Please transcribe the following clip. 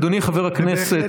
אדוני חבר הכנסת,